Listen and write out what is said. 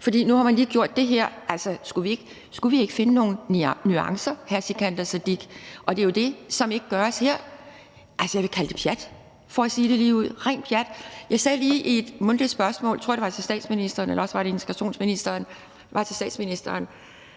fordi man nu lige har gjort det her? Altså, skulle vi ikke finde nogle nuancer, hr. Sikandar Siddique? Det er jo det, som ikke gøres her. Jeg vil kalde det pjat, for at sige det ligeud – rent pjat. Jeg sagde lige i et spørgsmål, jeg tror, det var til statsministeren, eller også var det til integrationsministeren – det var til statsministeren